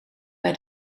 bij